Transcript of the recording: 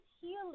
Healing